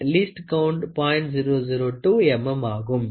002 mm ஆகும் 0